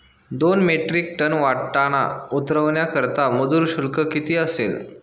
दोन metric ton वाटाणा उतरवण्याकरता मजूर शुल्क किती असेल?